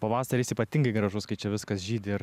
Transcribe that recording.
pavasaris ypatingai gražus kai čia viskas žydi ir